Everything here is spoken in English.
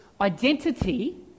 Identity